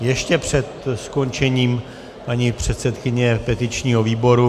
Ještě před skončením paní předsedkyně petičního výboru.